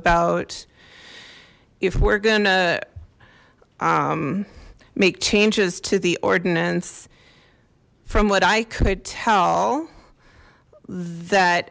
about if we're gonna make changes to the ordinance from what i could tell that